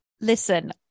Listen